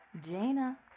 Jaina